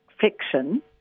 fiction